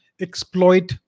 exploit